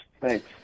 Thanks